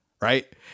Right